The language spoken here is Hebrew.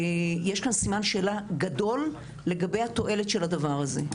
יש כאן סימן שאלה גדול לגבי התועלת של הדבר הזה.